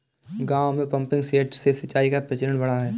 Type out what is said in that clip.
गाँवों में pumping set से सिंचाई का प्रचलन बढ़ा है